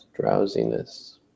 drowsiness